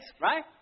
right